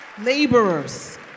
Laborers